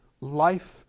Life